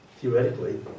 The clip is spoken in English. theoretically